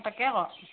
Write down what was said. তাকে হয়